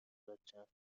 بچم، انقدر